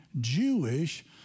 Jewish